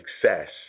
success